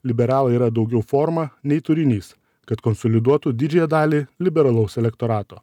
liberalai yra daugiau forma nei turinys kad konsoliduotų didžiąją dalį liberalaus elektorato